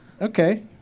Okay